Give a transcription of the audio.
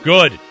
Good